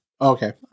Okay